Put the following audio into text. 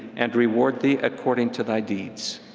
and reward thee according to thy deeds.